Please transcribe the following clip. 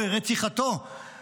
רציחתו -- משפט אחרון.